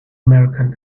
merchant